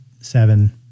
seven